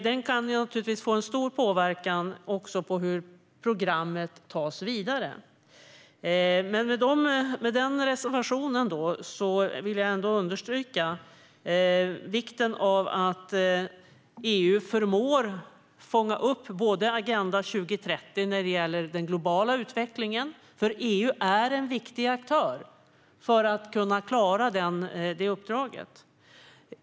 Den kan naturligtvis få stor påverkan också på hur programmet tas vidare. Med denna reservation vill jag understryka vikten av att EU förmår fånga upp Agenda 2030, när det gäller den globala utvecklingen, för EU är en viktig aktör för att kunna klara detta uppdrag.